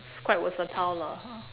it's quite versatile lah